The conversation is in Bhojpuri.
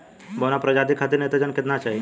बौना प्रजाति खातिर नेत्रजन केतना चाही?